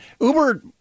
Uber